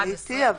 ראיתי.